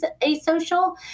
asocial